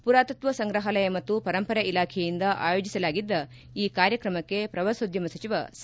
ಮರಾತತ್ವ ಸಂಗ್ರಹಾಲಯ ಮತ್ತು ಪರಂಪರೆ ಇಲಾಖೆಯಿಂದ ಆಯೋಜಿಸಲಾಗಿದ್ದ ಈ ಕಾರ್ಯಕ್ರಮಕ್ಕೆ ಪ್ರವಾಸೋದ್ಯಮ ಸಚಿವ ಸಾ